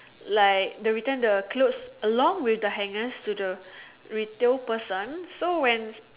like they return the clothes along with the clothes to the retail person so when